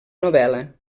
novel·la